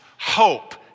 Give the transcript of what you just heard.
hope